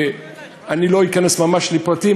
אני לא אכנס ממש לפרטים,